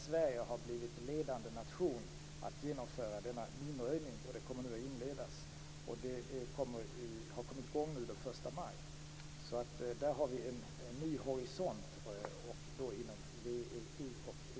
Sverige har blivit ledande nation när det gäller att genomföra denna minröjning, som nu kommer att inledas. Det kom igång den 1 maj, så där har vi en ny horisont inom VEU och EU.